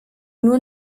nur